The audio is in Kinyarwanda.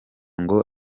ngo